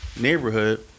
neighborhood